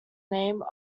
name